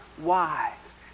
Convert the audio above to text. wise